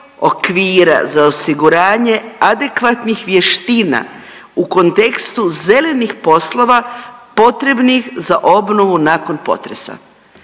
okvira za osiguranje adekvatnih vještina u kontekstu zelenih poslova potrebnih za obnovu nakon potresa.